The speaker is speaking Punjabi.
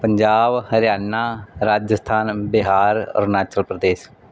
ਪੰਜਾਬ ਹਰਿਆਣਾ ਰਾਜਸਥਾਨ ਬਿਹਾਰ ਅਰੁਣਾਚਲ ਪ੍ਰਦੇਸ਼